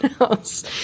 else